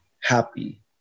happy